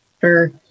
Sure